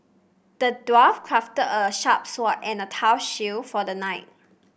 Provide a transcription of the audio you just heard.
the dwarf crafted a sharp sword and a tough shield for the knight